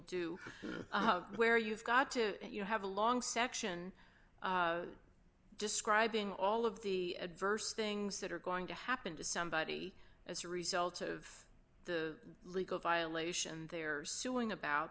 do where you've got to you have a long section describing all of the adverse things that are going to happen to somebody as a result of the legal violation they are suing about